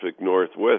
Northwest